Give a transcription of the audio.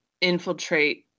infiltrate